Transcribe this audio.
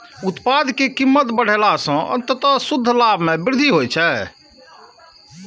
उत्पाद के कीमत बढ़ेला सं अंततः शुद्ध लाभ मे वृद्धि होइ छै